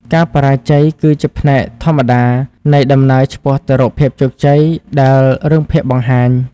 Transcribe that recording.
ការបរាជ័យ គឺជាផ្នែកធម្មតានៃដំណើរឆ្ពោះទៅរកភាពជោគជ័យដែលរឿងភាគបង្ហាញ។